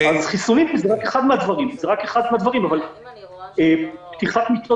חיסונים זה רק אחד מן הדברים אבל פתיחת מיטות